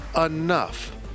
enough